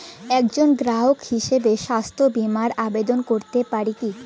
একজন গ্রাহক হিসাবে স্বাস্থ্য বিমার আবেদন করতে পারি কি?